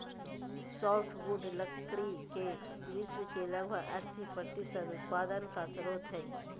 softwood लकड़ी के विश्व के लगभग अस्सी प्रतिसत उत्पादन का स्रोत हइ